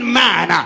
man